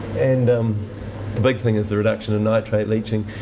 and um big thing is the reduction in nitrate leaching.